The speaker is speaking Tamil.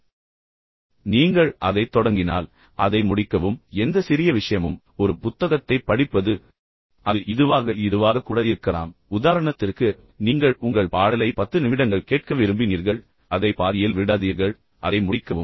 எனவே நீங்கள் அதை தொடங்கினால் அதை முடிக்கவும் எந்த சிறிய விஷயமும் ஒரு புத்தகத்தைப் படிப்பது அது இதுவாக இதுவாக கூட இருக்கலாம் உதாரணத்திற்கு நீங்கள் உங்கள் பாடலை 10 நிமிடங்கள் கேட்க விரும்பினீர்கள் அதை பாதியில் விடாதீர்கள் அதை முடிக்கவும்